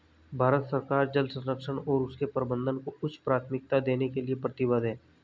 भारत सरकार जल संरक्षण और उसके प्रबंधन को उच्च प्राथमिकता देने के लिए प्रतिबद्ध है